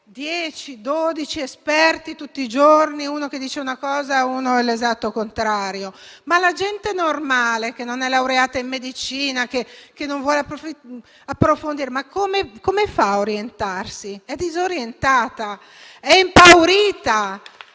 10-12 esperti tutti i giorni, di cui uno dice una cosa, uno l'esatto contrario: la gente normale, che non è laureata in medicina o che non vuole approfondire, come fa a orientarsi? È disorientata, è impaurita.